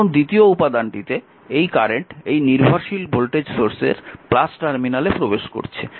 এখন দ্বিতীয় উপাদানটিতে এই কারেন্ট এই নির্ভরশীল ভোল্টেজ সোর্সের টার্মিনালে প্রবেশ করছে